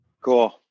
Cool